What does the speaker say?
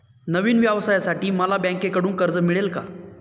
नवीन व्यवसायासाठी मला बँकेकडून कर्ज मिळेल का?